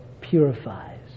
purifies